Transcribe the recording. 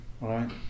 right